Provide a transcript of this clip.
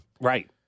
right